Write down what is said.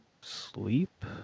sleep